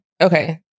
okay